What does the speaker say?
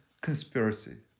conspiracy